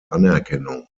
anerkennung